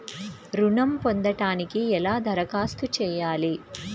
ఋణం పొందటానికి ఎలా దరఖాస్తు చేయాలి?